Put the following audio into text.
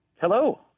Hello